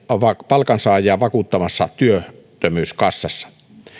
palkansaajia vakuuttavassa työttömyyskassassa